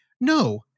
no